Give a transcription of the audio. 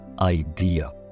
idea